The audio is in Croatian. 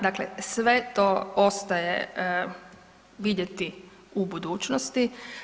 Dakle, sve to ostaje vidjeti u budućnosti.